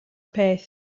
peth